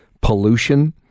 pollution